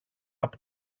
από